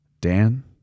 Dan